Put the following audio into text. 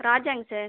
ராஜாங்க சார்